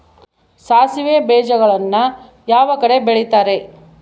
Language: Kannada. ಸಾಸಿವೆ ಬೇಜಗಳನ್ನ ಯಾವ ಕಡೆ ಬೆಳಿತಾರೆ?